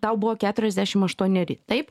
tau buvo keturiasdešim aštuoneri taip